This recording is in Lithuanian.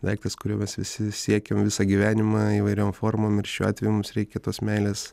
daiktas kurio mes visi siekiam visą gyvenimą įvairiom formom ir šiuo atveju mums reikia tos meilės